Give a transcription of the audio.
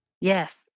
Yes